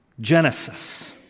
Genesis